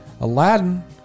Aladdin